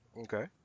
Okay